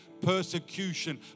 persecution